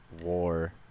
war